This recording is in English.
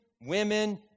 women